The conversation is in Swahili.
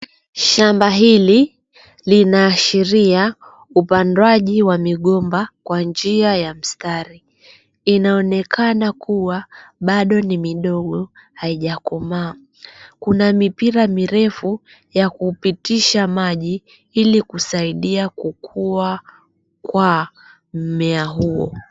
Shamba hili linaashiria upandaji wa migomba kwa njia ya mstari. Inaonekana kuwa bado ni midogo haijakomaa. Kuna mipira mirefu ya kupitisha maji ili kusaidia kukua kwa mmea huo.